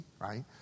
right